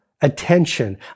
attention